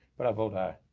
but i vote aye.